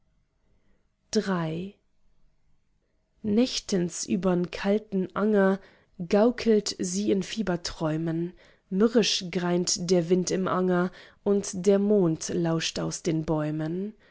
nächtens übern kahlen anger gaukelt sie in fieberträumen mürrisch greint der wind im anger und der mond lauscht aus den bäumen